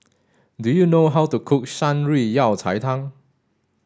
do you know how to cook Shan Rui Yao Cai Tang